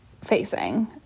facing